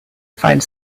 find